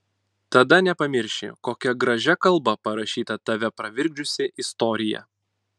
tada nepamirši kokia gražia kalba parašyta tave pravirkdžiusi istorija